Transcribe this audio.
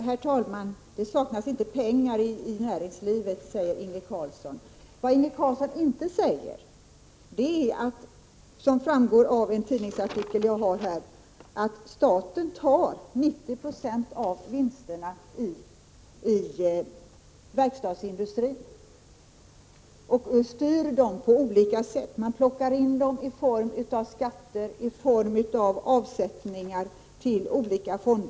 Herr talman! Inge Carlsson säger att det inte saknas pengar i näringslivet. Vad Inge Carlsson inte säger är att — som framgår av den tidningsartikel jag här har i min hand — staten tar upp till 90 96 av vinsterna i verkstadsindustrin och styr dem på olika sätt. Man plockar in dem i form av skatter och avsättningar till olika fonder.